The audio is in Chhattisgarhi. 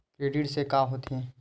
क्रेडिट से का होथे?